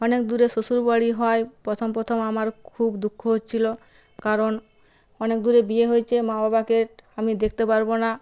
অনেক দূরে শ্বশুরবাড়ি হওয়ায় প্রথম প্রথম আমার খুব দুঃখ হচ্ছিল কারণ অনেক দূরে বিয়ে হয়েছে মা বাবাকে আমি দেখতে পারব না